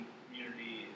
community